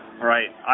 Right